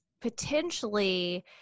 potentially